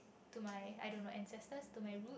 to my I don't know to my ancestors to my root